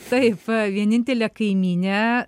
taip vienintelė kaimynė